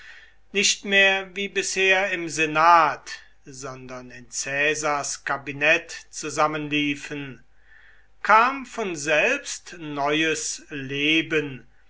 nicht mehr wie bisher im senat sondern in caesars kabinett zusammenliefen kam von selbst neues leben